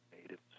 natives